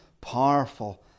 powerful